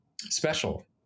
special